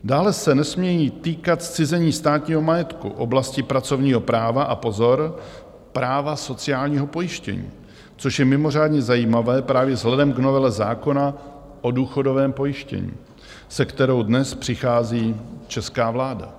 Dále se nesmějí týkat zcizení státního majetku, oblasti pracovního práva a pozor práva sociálního pojištění, což je mimořádně zajímavé právě vzhledem k novele zákona o důchodovém pojištění, se kterou dnes přichází česká vláda.